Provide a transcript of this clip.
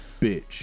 Bitch